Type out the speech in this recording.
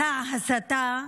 מסע הסתה,